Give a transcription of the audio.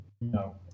No